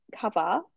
cover